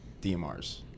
DMRs